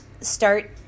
start